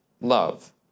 love